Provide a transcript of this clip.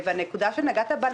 הנקודה שנגעת בה,